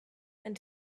and